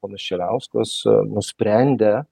ponas šiliauskas nusprendė